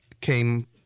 came